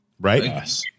Right